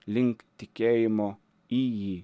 link tikėjimo į jį